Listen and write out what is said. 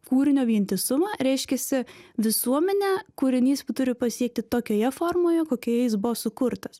kūrinio vientisumą reiškiasi visuomenę kūrinys turi pasiekti tokioje formoje kokioje jis buvo sukurtas